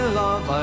love